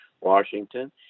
Washington